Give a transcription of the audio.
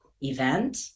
event